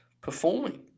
performing